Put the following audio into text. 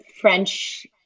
French